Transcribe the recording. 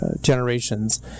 Generations